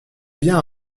bien